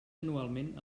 anualment